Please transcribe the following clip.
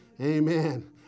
Amen